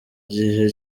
gihe